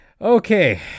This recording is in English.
Okay